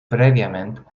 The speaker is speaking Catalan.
prèviament